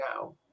now